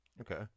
Okay